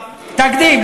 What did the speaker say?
תקדים.